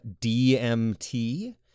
DMT